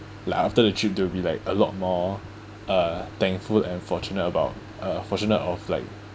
like after the trip they will be like a lot more uh thankful and fortunate about uh fortunate of like